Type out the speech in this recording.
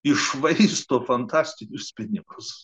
iššvaisto fantastinius pinigus